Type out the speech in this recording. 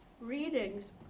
readings